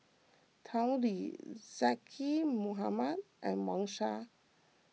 Tao Li Zaqy Mohamad and Wang Sha